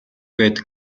байдаг